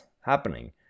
happening